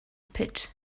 pit